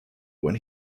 when